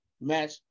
Match